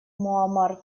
муамар